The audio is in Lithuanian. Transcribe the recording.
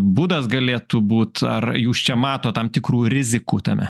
būdas galėtų būt ar jūs čia matot tam tikrų rizikų tame